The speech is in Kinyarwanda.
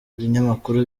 binyamakuru